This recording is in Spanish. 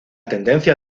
tendencia